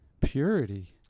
Purity